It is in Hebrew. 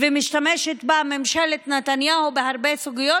שמשתמשת בה ממשלת נתניהו בהרבה סוגיות,